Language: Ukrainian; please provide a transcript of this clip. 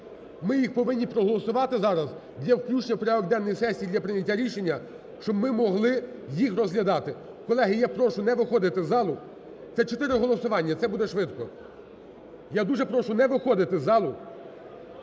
ми їх повинні проголосувати зараз для включення в порядок денний сесії, для прийняття рішення, щоб ми могли їх розглядати. Колеги, я прошу не виходити із залу, це 4 голосування, це буде швидко. Я дуже прошу не виходити із залу.